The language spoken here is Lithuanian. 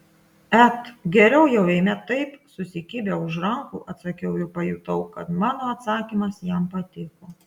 et geriau jau eime taip susikibę už rankų atsakiau ir pajutau kad mano atsakymas jam patiko